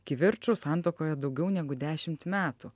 kivirčų santuokoje daugiau negu dešimt metų